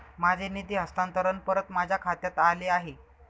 माझे निधी हस्तांतरण परत माझ्या खात्यात आले आहे